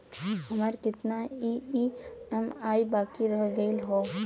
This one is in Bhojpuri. हमार कितना ई ई.एम.आई बाकी रह गइल हौ?